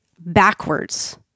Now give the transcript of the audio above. backwards